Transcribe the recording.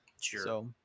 Sure